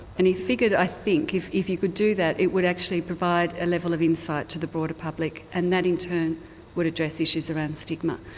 and he figured, i think, if if you could do that it would actually provide a level of insight to the broader public and that in turn would address issues around stigma.